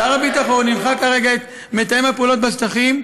שר הביטחון הנחה כרגע את מתאם הפעולות בשטחים,